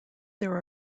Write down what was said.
there